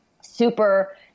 super